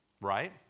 right